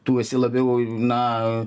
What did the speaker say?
tu esi labiau na